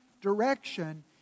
direction